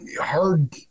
hard